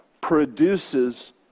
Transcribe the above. produces